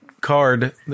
card